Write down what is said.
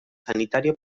sanitario